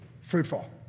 fruitful